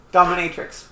Dominatrix